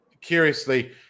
curiously